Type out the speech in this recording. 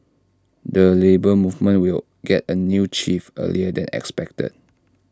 the Labour Movement will get A new chief earlier than expected